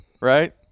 right